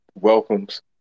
welcomes